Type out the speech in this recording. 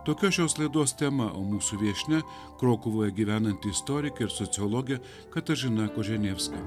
tokia šios laidos tema o mūsų viešnia krokuvoje gyvenanti istorikė ir sociologė katažina koženevska